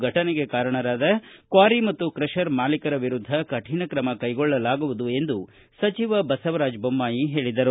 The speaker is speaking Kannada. ಫಟನೆಗೆ ಕಾರಣರಾದ ಕ್ವಾರಿ ಮತ್ತು ಕ್ರಷರ್ ಮಾಲೀಕರು ವಿರುದ್ದ ಕಠಿಣ ಕ್ರಮ ಕೈಗೊಳ್ಳಲಾಗುವುದು ಎಂದು ಸಚಿವ ಬಸವರಾಜ ಬೊಮ್ಮಾಯಿ ಹೇಳಿದರು